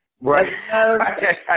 Right